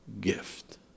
gift